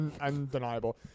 Undeniable